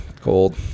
cold